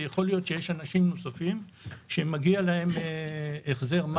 ויכול להיות שיש אנשים נוספים שמגיע להם החזר מס.